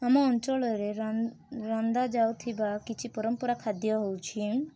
ଆମ ଅଞ୍ଚଳରେ ରନ ରନ୍ଧା ଯାଉଥିବା କିଛି ପରମ୍ପରା ଖାଦ୍ୟ ହଉଛି